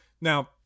now